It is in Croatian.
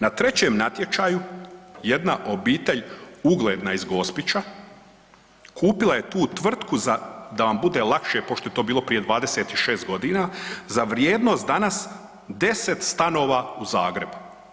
Na trećem natječaju jedna obitelj ugledna iz Gospića kupila je tu tvrtku da vam bude lakše pošto je to bilo prije 26 godina za vrijednost danas 10 stanova u Zagrebu.